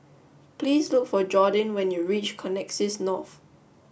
please look for Jordyn when you reach Connexis North